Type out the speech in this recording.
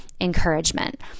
encouragement